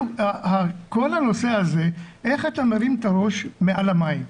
כל הנושא הזה, איך אתה מרים את הראש מעל למים.